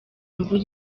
imvura